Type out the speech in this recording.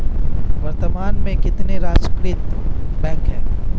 वर्तमान में कितने राष्ट्रीयकृत बैंक है?